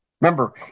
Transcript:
Remember